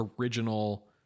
original